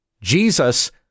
Jesus